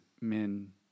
men